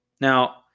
Now